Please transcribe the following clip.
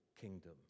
kingdom